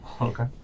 Okay